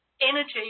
energy